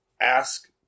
ask